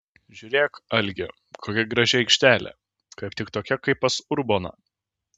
žiūrėk algi kokia graži aikštelė kaip tik tokia kaip pas urboną